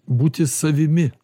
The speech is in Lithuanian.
būti savimi